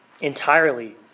entirely